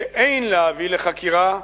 שאין להביא לחקירה לוחמים,